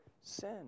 sin